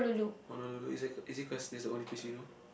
Honolulu is it is it cause that's the only place you know